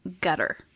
gutter